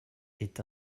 est